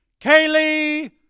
Kaylee